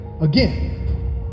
again